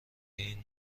این